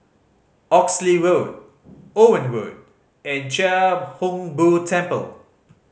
Oxley Road Owen Road and Chia Hung Boo Temple